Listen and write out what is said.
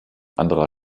anderer